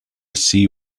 see